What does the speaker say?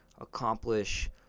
accomplish